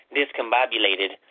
discombobulated